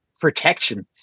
protections